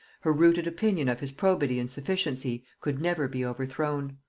her rooted opinion of his probity and sufficiency could never be overthrown.